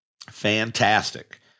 Fantastic